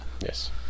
Yes